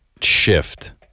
shift